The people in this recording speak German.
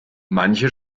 manche